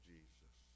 Jesus